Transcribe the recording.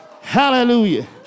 Hallelujah